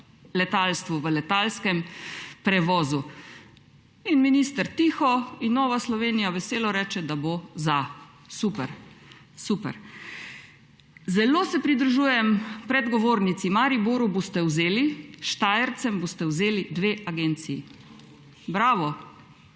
letalstvu, v letalskem prevozu. In minister ‒ tiho in Nova Slovenija veselo reče, da bo za. Super, super … Zelo se pridružujem predgovornici, Mariboru boste vzeli, Štajercem boste vzeli dve agenciji. Bravo,